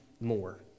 more